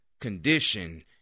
condition